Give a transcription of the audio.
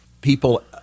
People